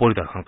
পৰিদৰ্শন কৰে